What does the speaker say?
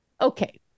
Okay